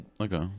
Okay